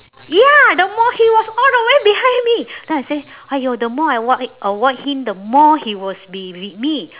ya the more he was all the way behind me then I say !aiyo! the more I avo~ avoid him the more he was be with me